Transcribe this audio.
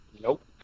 Nope